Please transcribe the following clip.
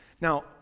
Now